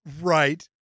Right